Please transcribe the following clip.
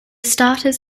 starters